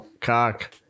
cock